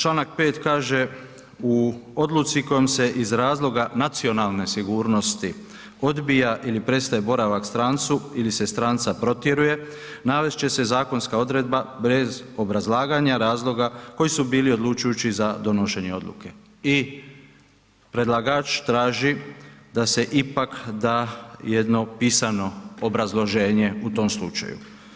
Članak 5. kaže u odluci kojom se iz razloga nacionalne sigurnosti odbija ili prestaje boravak strancu ili se stranca protjeruje navest će se zakonska odredba bez obrazlaganja razloga koji su bili odlučujući za donošenje odluke i predlagač traži da se ipak da jedno pisano obrazloženje u tom slučaju.